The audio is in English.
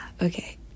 okay